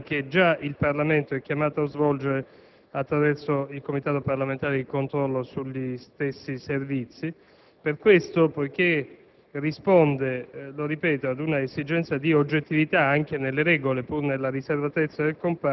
svolga una funzione di controllo inseribile in quella che già il Parlamento è chiamata a svolgere attraverso il Comitato parlamentare di controllo sui Servizi. Per questo, poiché